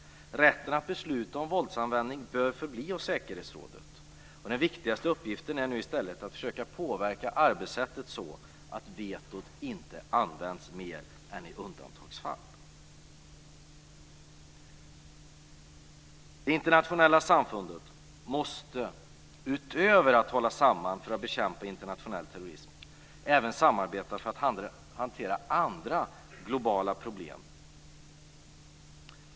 Rätten att besluta om våldsanvändning bör förbli hos säkerhetsrådet. Den viktigaste uppgiften är nu i stället att påverka arbetssättet så att vetot inte används mer än i undantagsfall. Det internationella samfundet måste utöver att hålla samman för att bekämpa internationell terrorism även samarbeta för att hantera andra globala problem.